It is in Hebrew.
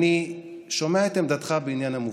אני שומע את עמדתך בעניין המובטלים.